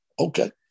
Okay